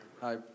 Hi